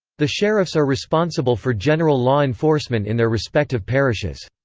the sheriffs are responsible for general law enforcement in their respective parishes.